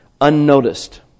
unnoticed